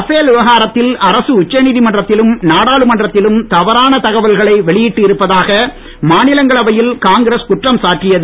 Rafale விவகாரத்தில் அரசு உச்சநீதிமன்றத்திலும் நாடாளுமன்றத்திலும் தவறான தகவல்களை வெளியிட்டு இருப்பதாக மாநிலங்களவையில் காங்கிரஸ் குற்றம் சாட்டியது